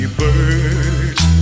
birds